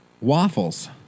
waffles